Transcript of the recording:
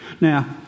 Now